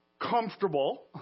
comfortable